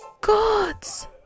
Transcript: gods